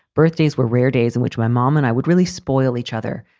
birthdays were rare days in which my mom and i would really spoil each other.